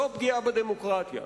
זו פגיעה בדמוקרטיה.